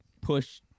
push